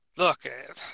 Look